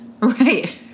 Right